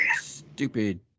stupid